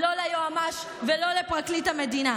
לא ליועמ"ש ולא לפרקליט המדינה.